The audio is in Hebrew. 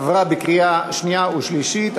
עברה בקריאה שנייה ושלישית.